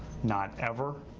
not ever.